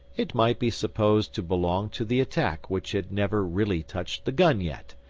it might be supposed to belong to the attack which had never really touched the gun yet,